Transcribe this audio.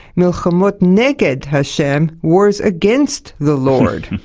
milhamot neged ha-shem, wars against the lord.